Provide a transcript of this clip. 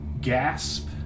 gasp